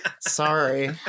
Sorry